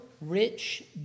rich